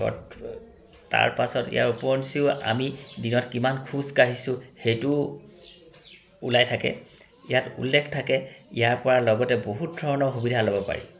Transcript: কত তাৰ পাছত ইয়াৰ উপৰঞ্চিও আমি দিনত কিমান খোজ কাঢ়িছোঁ সেইটোও ওলাই থাকে ইয়াত উল্লেখ থাকে ইয়াৰ পৰা লগতে বহুত ধৰণৰ সুবিধা ল'ব পাৰি